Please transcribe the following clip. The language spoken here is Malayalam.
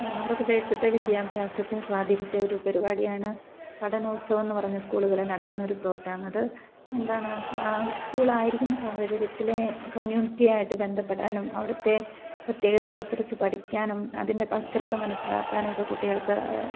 നമ്മുടെ പ്രദേശത്തെ വിദ്യാഭ്യാസത്തെ സ്വാധീനിച്ച ഒരു പരിപാടിയാണ് പഠനോത്സവം എന്ന് പറഞ്ഞു സ്കൂളുകളിൽ നടത്തുന്ന ഒരു പ്രോഗ്രാം അത് എന്താണ് എ സ്കൂളായിരിക്കുന്ന സാഹചര്യത്തിലെ കമ്മ്യൂണിറ്റി ആയിട്ട് ബന്ധപ്പെടാനും അവിടത്തെ പ്രത്യേകതകളെ കുറിച്ച് പഠിക്കാനും അതിൻ്റെ കൾച്ചറൊക്കെ മനസ്സിലാക്കാനും ഒക്കെ കുട്ടികൾക്ക്